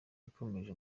yakomeje